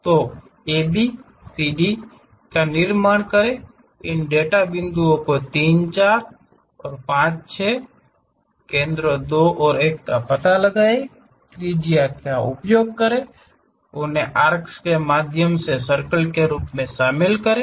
तो AB CD का निर्माण करें इन डेटा बिंदुओं को 3 4 और 5 6 केंद्रों 2 और 1 का पता लगाएं त्रिज्या का उपयोग करें उन्हें आर्क्स के माध्यम से सर्कल के रूप में शामिल करें